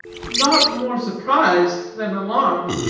not more surprised than alarmed,